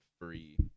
free